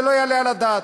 זה לא יעלה על הדעת.